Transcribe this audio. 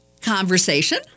conversation